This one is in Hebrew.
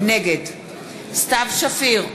נגד סתיו שפיר,